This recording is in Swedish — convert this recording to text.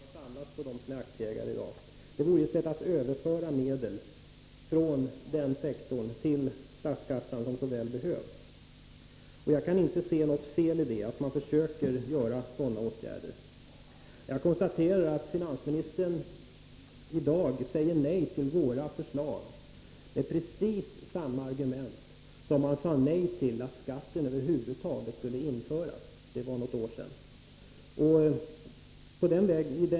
Fru talman! Jag tycker förstås att en rejäl omsättningsskatt på aktier vore ett sätt att komma åt de förmögenheter och den starka ökning av förmögenheterna som samlas hos dem som i dag är aktieägare. Det vore ett sätt att överföra medel från den sektorn till statskassan, en överföring som så väl behövs. Jag kan inte se något fel i att man försöker vidta sådana åtgärder. Jag konstaterar att finansministern i dag säger nej till våra förslag med precis samma argument som han sade nej till att aktieskatten över huvud taget skulle införas. Det var något år sedan.